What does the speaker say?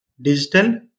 digital